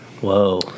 Whoa